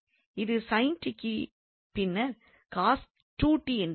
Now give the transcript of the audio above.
இது க்கும் பின்னர் என்றுள்ளது